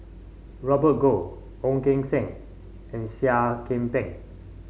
Robert Goh Ong Keng Sen and Seah Kian Peng